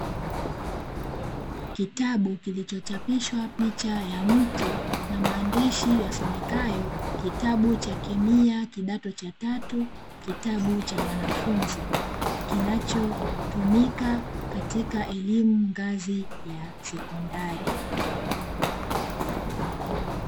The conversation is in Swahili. Kitabu kilichochapishwa picha ya mtu na maandishi yasomekayo "kitabu cha kemia kidato cha tatu, kitabu cha mwanafunzi", kinachotumika katika elimu ngazi ya sekondari.